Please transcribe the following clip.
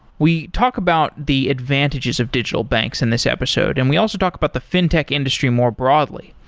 we talk about the advantages of digital banks in this episode and we also talk about the fintech industry more broadly,